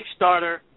Kickstarter